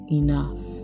enough